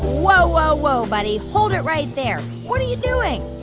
whoa, whoa, whoa, buddy. hold it right there. what are you doing?